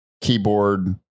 keyboard